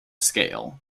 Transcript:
scale